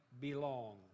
belong